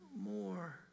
more